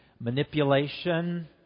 manipulation